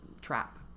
trap